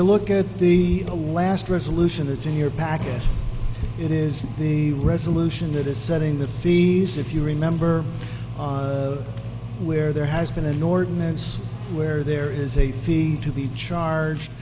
you look at the the last resolution that's in your package it is the resolution that is setting the fees if you remember where there has been an ordinance where there is a fee to be charged